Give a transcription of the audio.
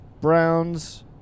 Browns